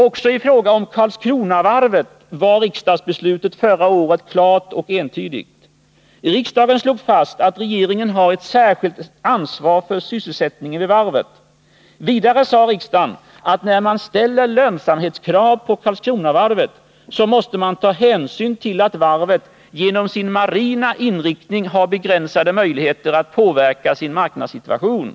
Också i fråga om Karlskronavarvet var riksdagsbeslutet förra året klart och entydigt. Riksdagen slog fast att regeringen har ett särskilt ansvar för sysselsättningen vid varvet. Vidare sade riksdagen att när man ställer lönsamhetskrav på Karlskronavarvet så måste man ta hänsyn till att varvet genom sin marina inriktning har begränsade möjligheter att påverka sin marknadssituation.